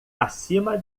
acima